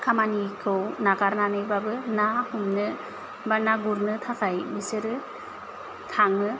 खामानिखौ नागारनानैबाबो ना हमनो बा ना गुरनो थाखाय बिसोरो थाङो